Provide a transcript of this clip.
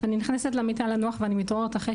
אני נכנסת למיטה לנוח ואני מתעוררת אחרי